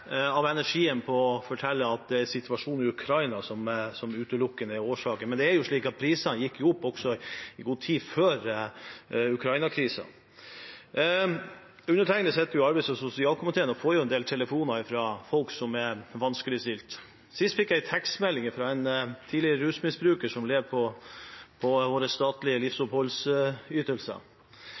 på å fortelle at det er situasjonen i Ukraina som utelukkende er årsaken, men det er jo slik at prisene gikk opp også i god tid før Ukraina-krisen. Jeg sitter i arbeids- og sosialkomiteen og får en del telefoner fra folk som er vanskeligstilt. Nylig fikk jeg en tekstmelding fra en tidligere rusmisbruker som lever på våre statlige livsoppholdsytelser.